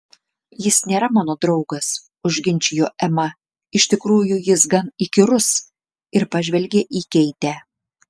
jis nėra mano draugas užginčijo ema iš tikrųjų jis gan įkyrus ir pažvelgė į keitę